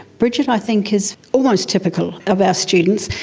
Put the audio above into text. bridget i think is almost typical of our students.